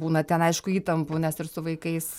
būna ten aišku įtampų nes ir su vaikais